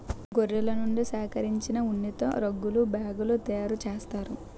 గొర్రెల నుండి సేకరించిన ఉన్నితో రగ్గులు బ్యాగులు తయారు చేస్తారు